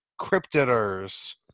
Cryptiders